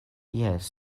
jes